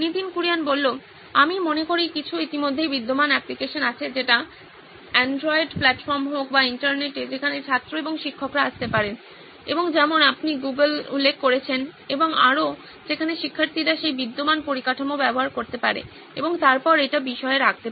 নীতিন কুরিয়ান আমি মনে করি কিছু ইতিমধ্যেই বিদ্যমান অ্যাপ্লিকেশন আছে সেটা অ্যান্ড্রয়েড প্ল্যাটফর্মে হোক বা ইন্টারনেটে যেখানে ছাত্র এবং শিক্ষকরা আসতে পারেন এবং যেমন তুমি গুগল উল্লেখ করেছো এবং আরও যেখানে শিক্ষার্থীরা সেই বিদ্যমান পরিকাঠামো ব্যবহার করতে পারে এবং তারপর এটি বিষয়ে রাখতে পারে